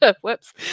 Whoops